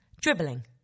Dribbling